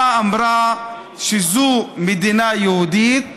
שבה אמרה שזו מדינה יהודית,